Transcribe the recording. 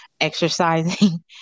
exercising